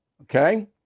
okay